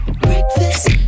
Breakfast